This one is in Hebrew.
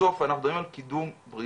בסוף אנחנו מדברים על קידום בריאות,